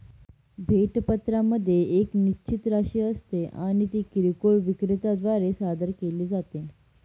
भेट पत्रामध्ये एक निश्चित राशी असते आणि ती किरकोळ विक्रेत्या द्वारे सादर केली जाते